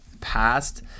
past